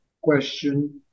question